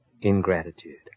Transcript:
Ingratitude